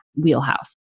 wheelhouse